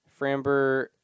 Framber